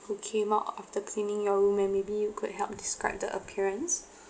who came out after cleaning your room and maybe you could help describe the appearance